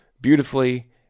beautifully